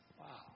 Wow